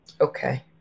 Okay